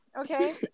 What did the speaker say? Okay